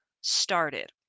started